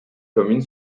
commune